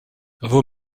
vos